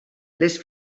les